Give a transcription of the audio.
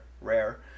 Rare